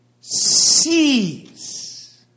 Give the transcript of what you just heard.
sees